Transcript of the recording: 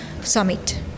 summit